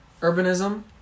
urbanism